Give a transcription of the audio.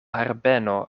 herbeno